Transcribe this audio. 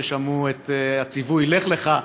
ששמעו את הציווי "לך לך"